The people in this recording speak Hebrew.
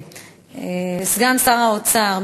סגן שר האוצר,